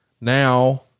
Now